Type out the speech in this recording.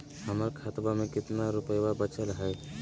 हमर खतवा मे कितना रूपयवा बचल हई?